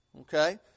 okay